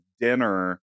dinner